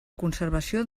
conservació